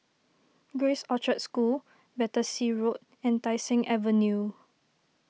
Grace Orchard School Battersea Road and Tai Seng Avenue